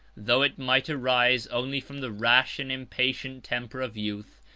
though it might arise only from the rash and impatient temper of youth,